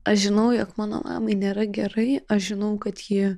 aš žinau jog mano mamai nėra gerai aš žinau kad ji